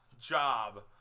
job